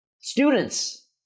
Students